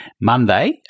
Monday